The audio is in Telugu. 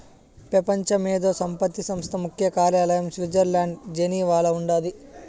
పెపంచ మేధో సంపత్తి సంస్థ ముఖ్య కార్యాలయం స్విట్జర్లండ్ల జెనీవాల ఉండాది